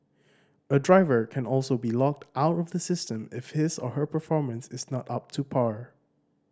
a driver can also be locked out of the system if his or her performance is not up to par